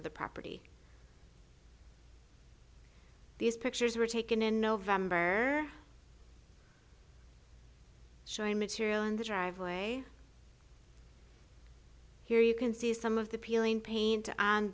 of the property these pictures were taken in november showing material in the driveway here you can see some of the peeling paint